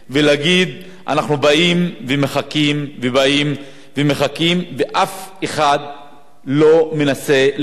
אנחנו באים ומחכים ובאים ומחכים ואף אחד לא מנסה לפתור את הבעיה הזאת.